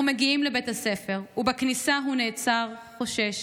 אנחנו מגיעים לבית הספר, ובכניסה הוא נעצר, חושש.